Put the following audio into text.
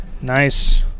Nice